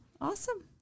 Awesome